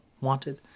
wanted